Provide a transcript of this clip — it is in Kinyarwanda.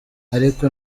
ariko